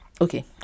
okay